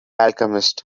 alchemist